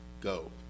go